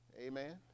Amen